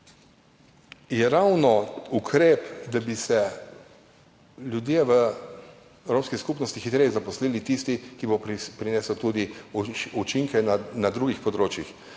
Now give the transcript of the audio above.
je ravno ukrep, da bi se ljudje v romski skupnosti hitreje zaposlili, tisti, ki bo prinesel tudi učinke na drugih področjih.